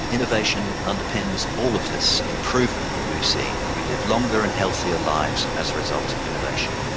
innovation underpins all of this improvement that we've seen. we live longer and healthier lives as a result of innovation.